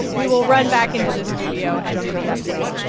we will run back into the studio and do the update.